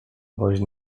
woźny